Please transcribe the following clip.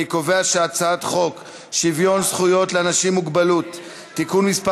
אני קובע שהצעת חוק שוויון זכויות לאנשים עם מוגבלות (תיקון מס'